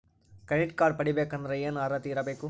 Credit card ಪಡಿಬೇಕಂದರ ಏನ ಅರ್ಹತಿ ಇರಬೇಕು?